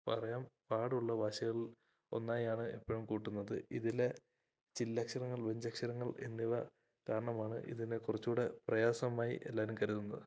പറയാൻ പാടുള്ള ഭാഷകളില് ഒന്നായാണ് എപ്പോഴും കൂട്ടുന്നത് ഇതിലെ ചില്ലക്ഷരങ്ങൾ വ്യഞ്ചനാക്ഷരങ്ങൾ എന്നിവ കാരണമാണ് ഇതിനെ കുറച്ചുകൂടെ പ്രയാസമായി എല്ലാവരും കരുതുന്നത്